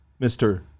Mr